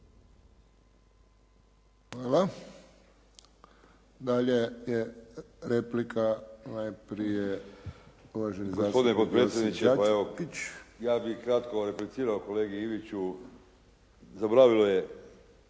Hvala. Dalje je replika najprije uvaženi zastupnik